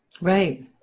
Right